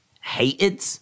hated